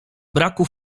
braku